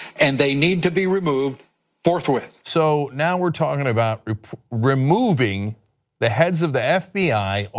and they need to be removed forthwith. so now we talking about removing the heads of the fbi,